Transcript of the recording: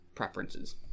Preferences